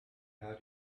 how